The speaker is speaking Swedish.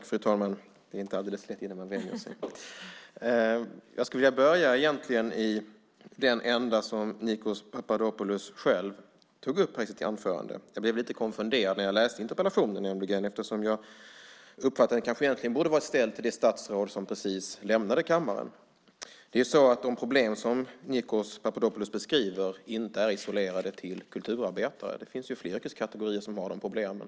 Fru talman! Jag skulle vilja börja i den ända som Nikos Papadopoulos själv tog upp i sitt anförande. Jag blev nämligen lite konfunderad när jag läste interpellationen eftersom jag uppfattade att den egentligen borde ha varit ställd till det statsråd som precis lämnade kammaren. De problem som Nikos Papadopoulos beskriver är inte isolerade till kulturarbetare. Det finns fler yrkeskategorier som har de problemen.